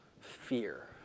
fear